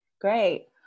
Great